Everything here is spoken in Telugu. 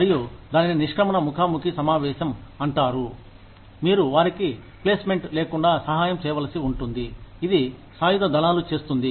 మరియు దానిని నిష్క్రమణ ముఖాముఖి సమావేశం అంటారు మీరు వారికి ప్లేస్ మెంట్ లేకుండా సహాయం చేయవలసి ఉంటుంది ఇది సాయుధ దళాలు చేస్తుంది